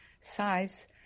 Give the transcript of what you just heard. size